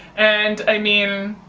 and i mean,